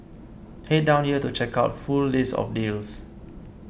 head down here to check out full list of deals